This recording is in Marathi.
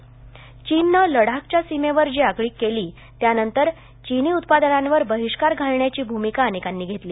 चिनी माल चीननं लडाख च्या सीमेवर जी आगळिक केली त्यानंतर चिनी उत्पादनांवर बहिष्कार घालण्याची भुमिका अनेकांनी घेतली